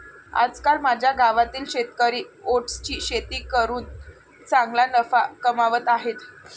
आजकाल माझ्या गावातील शेतकरी ओट्सची शेती करून चांगला नफा कमावत आहेत